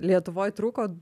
lietuvoj trūko